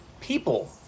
people